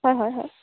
হয় হয় হয়